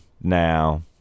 now